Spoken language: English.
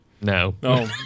No